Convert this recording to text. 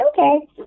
okay